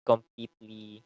Completely